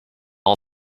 all